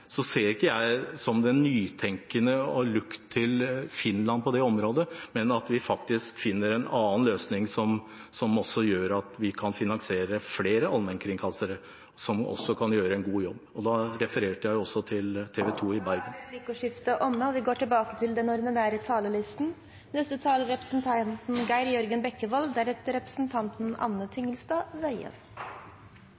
ser ikke jeg det som nytenkende å «look to Finland» på det området, men ser at vi faktisk finner en annen løsning som gjør at vi kan finansiere flere allmennkringkastere som også kan gjøre en god jobb. Og da refererte jeg også til TV 2 i dag. Replikkordskiftet er omme.